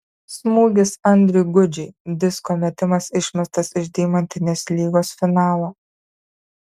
smūgis andriui gudžiui disko metimas išmestas iš deimantinės lygos finalo